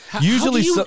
usually